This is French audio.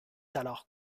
alors